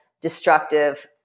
destructive